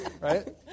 right